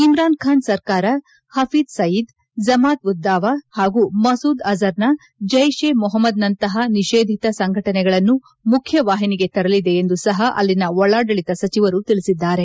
ಇಮ್ರಾನ್ ಬಾನ್ ಸರ್ಕಾರ ಪಫೀದ್ ಸಯೀದ್ನ ಜಮಾತ್ ಉದ್ ದಾವ ಪಾಗೂ ಮಸೂದ್ ಅಜರ್ನ ಜೈಷ್ ಎ ಮೊಪಮ್ನಂತಹ ನಿಷೇಧಿತ ಸಂಘಟನೆಗಳನ್ನು ಮುಖ್ಯವಾಹಿನಿಗೆ ತರಲಿದೆ ಎಂದು ಸಹ ಅಲ್ಲಿನ ಒಳಾಡಳಿತ ಸಚಿವರು ತಿಳಿಸಿದ್ದಾರೆ